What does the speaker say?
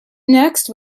next